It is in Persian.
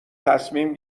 تصمیم